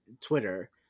Twitter